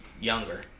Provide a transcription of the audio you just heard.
younger